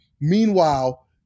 Meanwhile